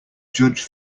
judge